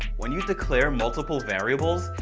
when you declare multiple variables,